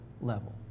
level